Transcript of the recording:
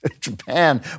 Japan